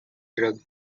drug